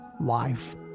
life